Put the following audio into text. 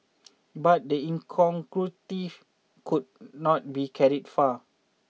but the incongruity could not be carried far